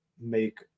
make